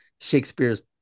shakespeare's